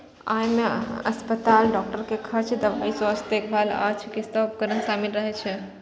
अय मे अस्पताल, डॉक्टर के खर्च, दवाइ, स्वास्थ्य देखभाल आ चिकित्सा उपकरण शामिल रहै छै